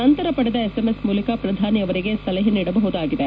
ನಂತರ ಪಡೆದ ಎಸ್ಎಂಎಸ್ ಮೂಲಕ ಪ್ರಧಾನಿ ಅವರಿಗೆ ಸಲಹೆ ನೀಡಬಹುದಾಗಿದೆ